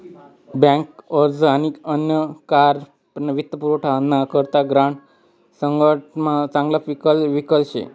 bank अर्ज आणि अन्य प्रकारना वित्तपुरवठासाठे ना करता ग्रांड सगडासमा चांगला विकल्प शे